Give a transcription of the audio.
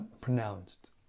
pronounced